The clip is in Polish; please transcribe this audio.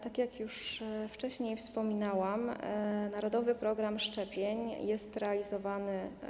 Tak jak już wcześniej wspominałam, narodowy program szczepień jest realizowany.